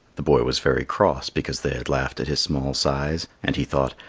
the boy was very cross because they had laughed at his small size, and he thought,